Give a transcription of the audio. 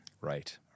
Right